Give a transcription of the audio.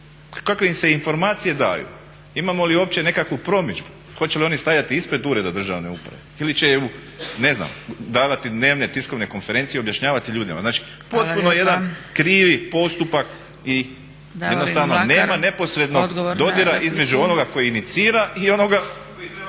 Kakve im se informacije daju? Imamo li uopće nekakvu promidžbu, hoće li oni stajati ispred ureda državne uprave ili će davati dnevne tiskovne konferencije i objašnjavati ljudima. Znači potpuno jedan krivi postupak i jednostavno nema neposrednog dodira između onoga tko inicira i onoga…